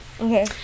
Okay